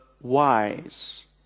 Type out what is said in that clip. wise